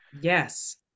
Yes